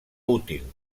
útil